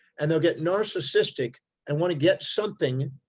and they'll get narcissistic and want to get something,